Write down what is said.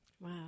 Wow